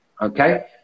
okay